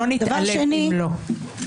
לא נתעלף אם לא.